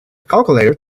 calculator